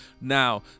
Now